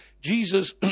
Jesus